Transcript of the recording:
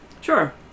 Sure